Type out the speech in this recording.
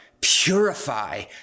purify